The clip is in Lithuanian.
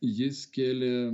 jis kėlė